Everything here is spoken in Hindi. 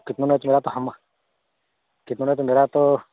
कितनो में त मेरा तो हम्म कितने में त मेरा तो